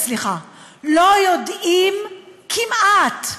לא יודעים, כמעט,